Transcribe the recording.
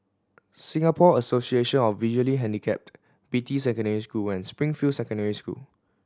Singapore Association of Visually Handicapped Beatty Secondary School and Springfield Secondary School